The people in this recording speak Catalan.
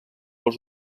els